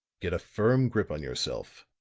get a firm grip on yourself,